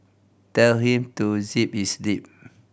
tell him to zip his lip